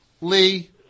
Lee